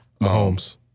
Mahomes